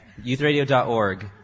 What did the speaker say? Youthradio.org